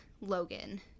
Logan